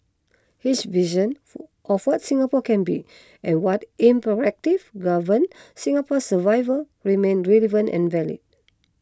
his vision of what Singapore can be and what imperatives govern Singapore's survival remain relevant and valid